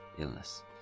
illness